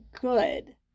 good